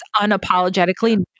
unapologetically